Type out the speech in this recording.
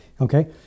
Okay